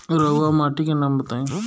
रहुआ माटी के नाम बताई?